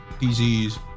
disease